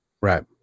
Right